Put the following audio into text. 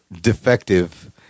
defective